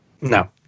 No